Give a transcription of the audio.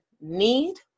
need